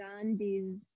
Gandhi's